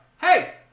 Hey